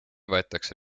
võetakse